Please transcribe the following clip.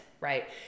right